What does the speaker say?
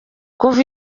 kuva